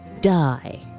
die